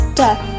death